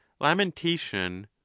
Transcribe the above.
lamentation